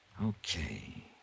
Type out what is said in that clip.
Okay